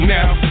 Now